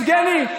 יבגני,